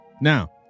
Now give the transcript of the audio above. Now